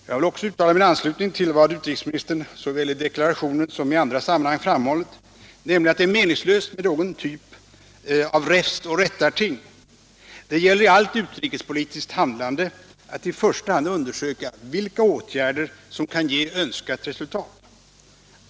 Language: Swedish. Jag vill också uttala min anslutning till vad utrikesministern såväl i deklarationen som i andra sammanhang har framhållit, nämligen att det är meningslöst med någon typ av räfst och rättarting. Det gäller | i allt utrikespolitiskt handlande att i första hand undersöka vilka åtgärder som kan ge önskat resultat.